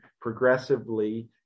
progressively